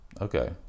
Okay